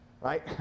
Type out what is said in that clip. Right